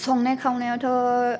संनाय खावनायावथ'